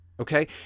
Okay